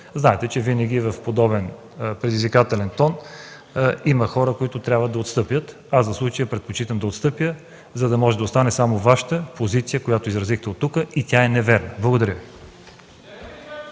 знаете, че винаги при подобен предизвикателен тон има хора, които трябва да отстъпят, аз в случая предпочитам да отстъпя, за да може да остане само Вашата позиция, която изразихте оттук, и тя е невярна. Благодаря Ви.